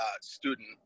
student